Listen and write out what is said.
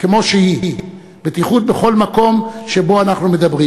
כמו שהיא בטיחות בכל מקום שבו אנחנו מדברים: